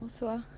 Bonsoir